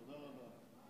תודה רבה.